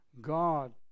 God